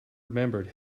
remembered